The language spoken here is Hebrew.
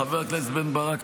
חבר הכנסת בן ברק,